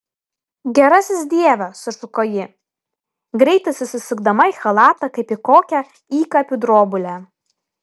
gerasis dieve sušuko ji greitai susisukdama į chalatą kaip į kokią įkapių drobulę